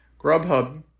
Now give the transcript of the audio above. Grubhub